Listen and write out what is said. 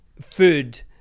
food